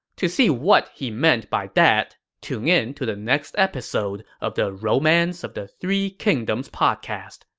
to see what he meant by that, tune in to the next episode of the romance of the three kingdoms podcast.